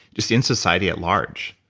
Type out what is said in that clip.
just in society at large